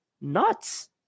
nuts